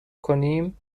کنیم